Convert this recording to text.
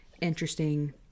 interesting